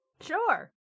Sure